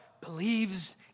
Believes